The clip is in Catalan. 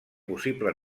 possible